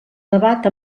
debat